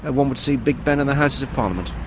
and one would see big ben and the houses of parliament.